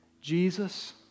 Jesus